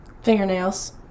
fingernails